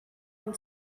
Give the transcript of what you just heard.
del